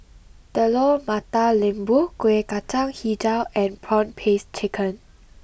Telur Mata Lembu Kuih Kacang HiJau and Prawn Paste Chicken